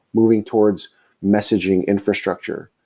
moving towards messaging infrastructure,